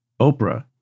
Oprah